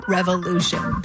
Revolution